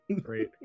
Great